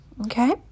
Okay